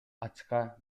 ачка